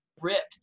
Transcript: ripped